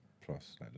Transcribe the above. plus